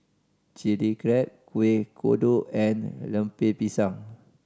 Chili Crab Kueh Kodok and Lemper Pisang